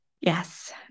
Yes